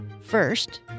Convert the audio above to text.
First